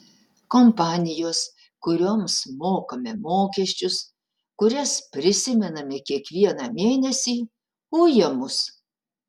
kompanijos kurioms mokame mokesčius kurias prisimename kiekvieną mėnesį uja mus